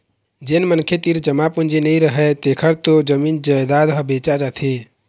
जेन मनखे तीर जमा पूंजी नइ रहय तेखर तो जमीन जयजाद ह बेचा जाथे